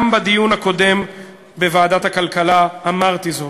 גם בדיון הקודם בוועדת הכלכלה אמרתי זאת: